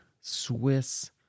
Swiss